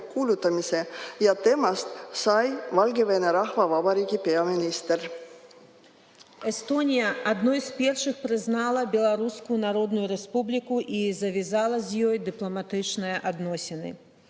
ja temast sai Valgevene Rahvavabariigi peaminister.